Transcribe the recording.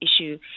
issue